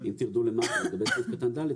אם תרדו למטה לגבי סעיף קטן (ד),